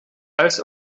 als